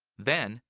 then,